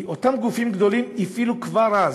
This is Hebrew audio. כי אותם גופים גדולים הפעילו כבר אז,